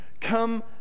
come